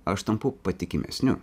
aš tampu patikimesniu